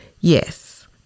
Yes